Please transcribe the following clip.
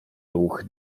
ruch